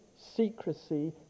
secrecy